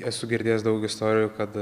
esu girdėjęs daug istorijų kad